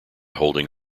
holding